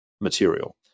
material